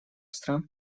стран